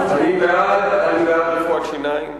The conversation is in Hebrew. אני בעד רפואת שיניים,